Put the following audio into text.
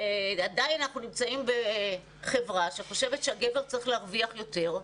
עדיין אנחנו נמצאים בחברה שחושבת שהגבר צריך להרוויח יותר,